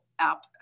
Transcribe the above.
app